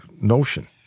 notion